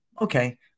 Okay